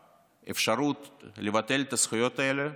האפשרות לבטל את הזכויות האלה